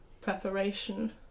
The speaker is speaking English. preparation